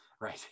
Right